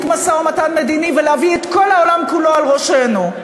משא-ומתן מדיני ולהביא את כל העולם כולו על ראשנו.